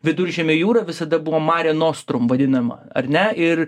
viduržemio jūra visada buvo mari nostrum vadinama ar ne ir